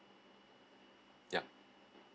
ya